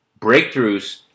Breakthroughs